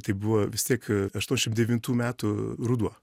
tai buvo vis tiek aštuonšim devintų metų ruduo